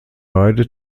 beide